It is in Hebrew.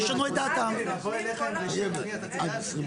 עשיתי